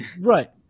Right